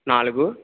నాలుగు